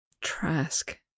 Trask